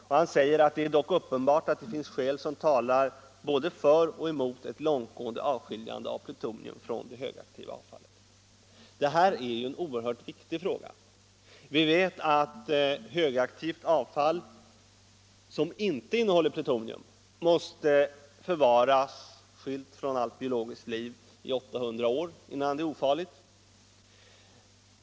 Sedan säger han: ”Det är dock uppenbart att det finns skäl som talar både för och emot ett långtgående avskiljande av plutonium från det högaktiva avfallet.” Det här är en oerhört viktig fråga. Vi vet att högaktivt avfall, som inte innehåller plutonium, måste förvaras skilt från allt biologiskt liv i 800 år innan det är ofarligt.